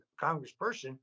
congressperson